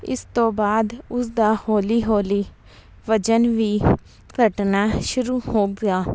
ਇਸ ਤੋਂ ਬਾਅਦ ਉਸ ਦਾ ਹੌਲੀ ਹੌਲੀ ਵਜ਼ਨ ਵੀ ਘਟਨਾ ਸ਼ੁਰੂ ਹੋ ਗਿਆ